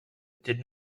did